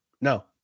No